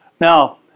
Now